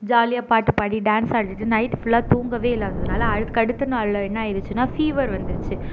ஜாலியாக பாட்டு பாடி டேன்ஸ் ஆடிகிட்டு நைட்டு ஃபுல்லாக தூங்கவே இல்லாததுனால் அதுக்கு அடுத்த நாள் என்ன ஆயிடிச்சினால் ஃபீவர் வந்துடிச்சு